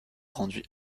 rendit